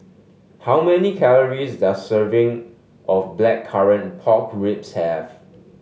how many calories does a serving of Blackcurrant Pork Ribs have